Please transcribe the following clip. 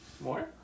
more